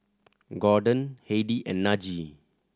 Gorden Heidi and Najee